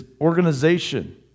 organization